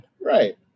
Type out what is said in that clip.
right